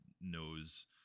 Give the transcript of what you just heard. knows